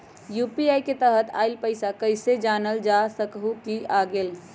UPI के तहत आइल पैसा कईसे जानल जा सकहु की आ गेल?